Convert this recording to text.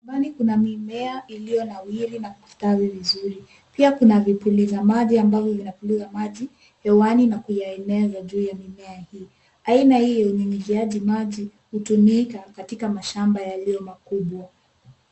Shambani kuna mimea iliyonawiri na kustawi vizuri. Pia kuna vipuliza maji ambavyo vinapuliza maji hewani, na kuyaeneza juu ya mimea hii. Aina hii ya unyunyiziaji maji hutumika katika mashamba yaliyo makubwa.